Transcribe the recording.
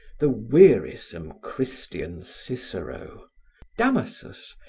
the wearisome christian cicero damasus,